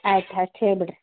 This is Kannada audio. ಆಯ್ತು ಆಯ್ತು ಹೇಳ್ಬಿಡ್ರಿ